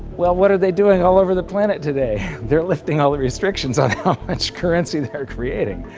well what are they doing all over the planet today? they're lifting all ah restrictions on how much currency they are creating.